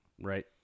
right